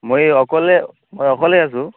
মই অকলে মই অকলে আছোঁ